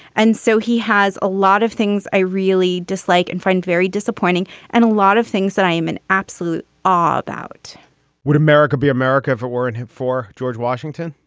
and so he has a lot of things i really dislike and find very disappointing and a lot of things that i am an absolute all about would america be america for war and for george washington?